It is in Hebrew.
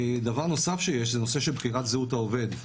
דבר נוסף שיש, זה הנושא של בחירת זהות העובד.